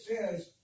says